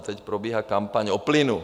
Teď probíhá kampaň o plynu.